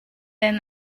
then